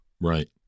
Right